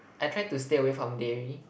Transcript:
I try to stay away from dairy